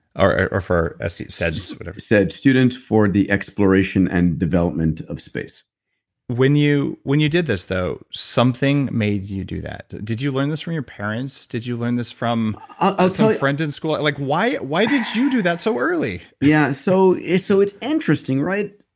or for, ah so seds seds. students for the exploration and development of space when you when you did this, though, something made you do that. did you learn this from your parents? did you learn this from ah some ah friend in school? like why why did you do that so early? yeah, so it's so it's interesting, right?